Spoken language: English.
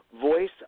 voice